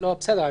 בסדר.